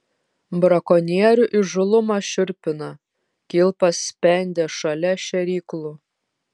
brakonierių įžūlumas šiurpina kilpas spendė šalia šėryklų